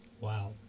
Wow